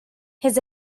his